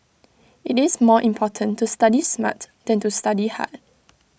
IT is more important to study smart than to study hard